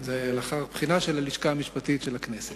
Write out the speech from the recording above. זה לאחר בחינה של הלשכה המשפטית של הכנסת.